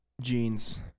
Jeans